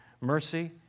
mercy